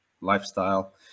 lifestyle